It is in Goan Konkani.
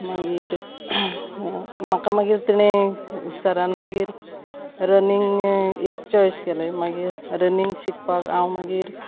मागीर म्हाका मागीर तेणें सरान मागीर रनींग एक चॉयस केलें मागीर रनींग शिकपाक हांव मागीर